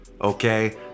okay